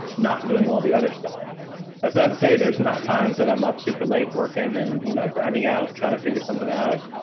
not doing all the other stuff that's not to say there's not times that i'm up super late working and you know grinding out trying to figure something out.